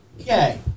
Okay